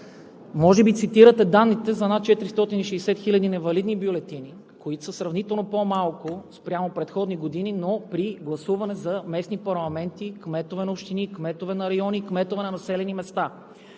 Може би цитирате данните за над 460 хиляди невалидни бюлетини, които са сравнително по-малко спрямо предходни години, но при гласуване за местни парламенти, кметове на общини, кметове на райони, кметове на населени места.